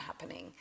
happening